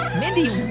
mindy,